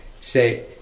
say